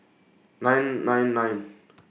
nine nine nine